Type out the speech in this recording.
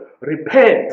Repent